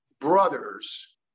brothers